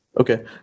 Okay